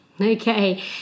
Okay